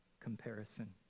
comparison